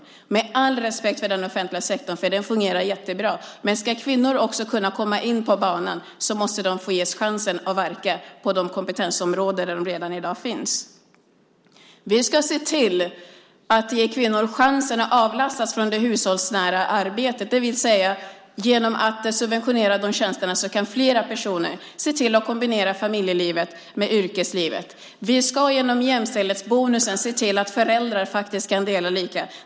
Jag har all respekt för den offentliga sektorn, den fungerar jättebra, men ska kvinnor komma in på banan måste de få chansen att verka på de kompetensområden där de redan i dag finns. Vi ska se till att ge kvinnor chansen till avlastning i det hushållsnära arbetet. Genom att subventionera de tjänsterna kan fler personer kombinera familjelivet med yrkeslivet. Vi ska genom jämställdhetsbonusen se till att föräldrar kan dela lika på föräldraledigheten.